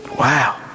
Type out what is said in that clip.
Wow